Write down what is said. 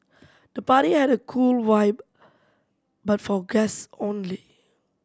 the party had a cool vibe but for guests only